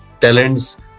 talents